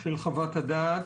של חוות הדעת.